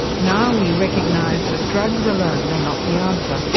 now we recognise that drugs alone are not the answer,